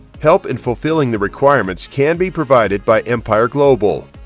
help in fulfilling the requirements can be provided by empire global.